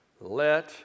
let